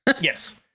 Yes